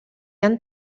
han